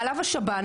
מעליו השב"ן,